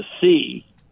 see